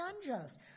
unjust